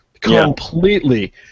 Completely